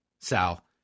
Sal